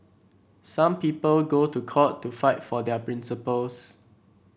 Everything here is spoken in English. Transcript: some people go to court to fight for their principles